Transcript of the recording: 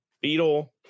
Beetle